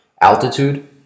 altitude